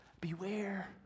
beware